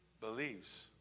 believes